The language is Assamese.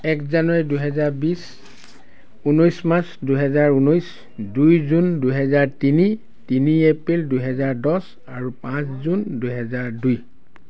এক জানুৱাৰী দুহেজাৰ বিছ ঊনৈছ মাৰ্চ দুহেজাৰ ঊনৈছ দুই জুন দুহেজাৰ তিনি তিনি এপ্ৰিল দুহেজাৰ দহ আৰু পাঁচ জুন দুহেজাৰ দুই